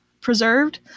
preserved